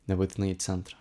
nebūtinai į centrą